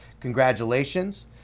congratulations